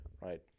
right